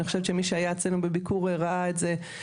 אני חושבת שמי שהיה אצלנו בביקור ראה את זה,